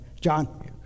John